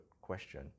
question